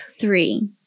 three